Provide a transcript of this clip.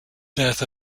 death